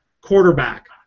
quarterback